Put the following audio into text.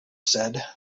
said